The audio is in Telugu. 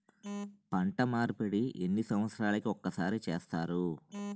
పంట మార్పిడి ఎన్ని సంవత్సరాలకి ఒక్కసారి చేస్తారు?